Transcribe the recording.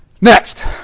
Next